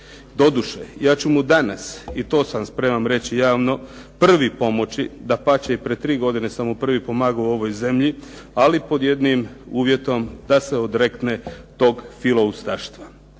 Doduše, ja ću mu danas i to sam spreman reći javno prvi pomoći, dapače i pred tri godine sam mu prvi pomagao u ovoj zemlji ali pod jednim uvjetom da se odrekne tog filoustaštva.